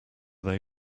they